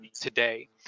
today